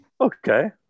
Okay